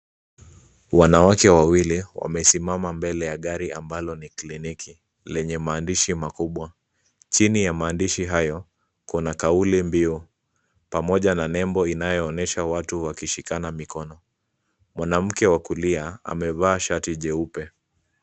Wanawake wawili wamesimama mbele ya gari ambalo ni kliniki lenye maandishi makubwa. Chini ya maandishi hayo, Kuna kauli mbio pamoja na nebo inayoonyesha watu wakishikana mikono. Mwanamke wa kulia amevaa shati jeupe.